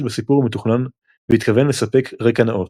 בסיפור המתוכנן והתכוון לספק רקע נאות.